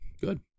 good